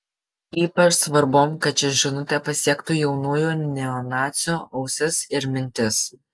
ypač svarbu kad ši žinutė pasiektų jaunųjų neonacių ausis ir mintis